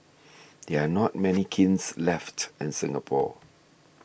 there are not many kilns left in Singapore